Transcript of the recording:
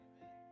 Amen